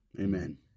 Amen